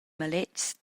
maletgs